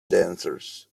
dancers